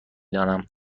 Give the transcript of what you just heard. دانم